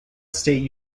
state